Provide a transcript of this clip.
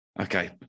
Okay